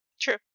True